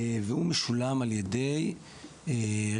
והוא משולם על ידי רכש,